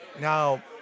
Now